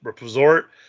Resort